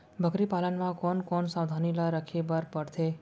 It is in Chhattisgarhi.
बकरी पालन म कोन कोन सावधानी ल रखे बर पढ़थे?